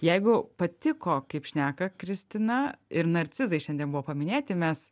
jeigu patiko kaip šneka kristina ir narcizai šiandien buvo paminėti mes